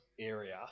area